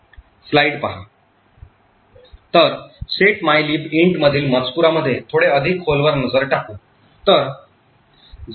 तर set mylib int मधील मजकूरामध्ये थोडे अधिक खोलवर नजर टाकू